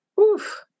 oof